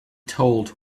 told